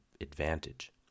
advantage